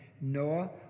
noah